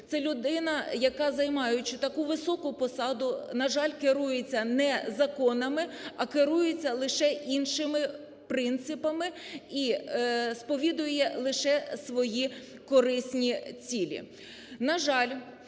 Це людина, яка, займаючи таку високу посаду, на жаль, керується не законами, а керується лише іншими принципами і сповідує лише свої корисні цілі.